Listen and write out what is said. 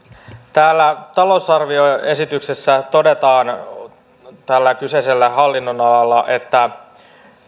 täällä talousarvioesityksessä todetaan tällä kyseisellä hallinnonalalla että